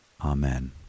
Amen